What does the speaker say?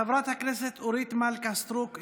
חברת הכנסת אורית מלכה סטרוק,